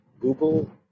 Google